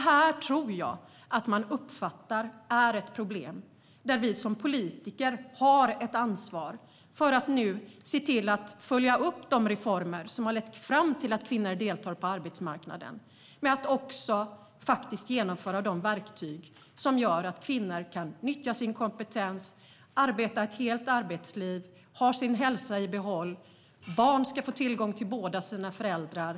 Jag tror att man uppfattar att detta är ett problem som vi politiker har ett ansvar för genom att nu se till att följa upp de reformer som har lett fram till att kvinnor deltar på arbetsmarknaden och att faktiskt också genomföra de verktyg som gör att kvinnor kan nyttja sin kompetens, arbeta ett helt arbetsliv och ha sin hälsa i behåll. Och barn ska få tillgång till båda sina föräldrar.